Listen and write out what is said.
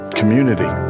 community